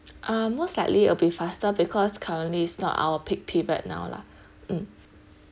uh most likely it'll be faster because currently is not our peak period now lah mm